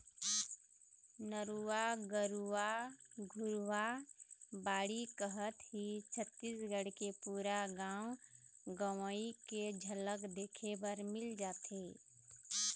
नरूवा, गरूवा, घुरूवा, बाड़ी कहत ही छत्तीसगढ़ के पुरा गाँव गंवई के झलक देखे बर मिल जाथे